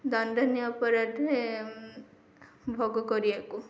ଦଣ୍ଡନୀୟ ଅପରାଧରେ ଭୋଗ କରିବାକୁ